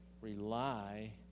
rely